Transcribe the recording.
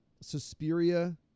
Suspiria